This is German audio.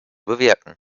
bewirken